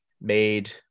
made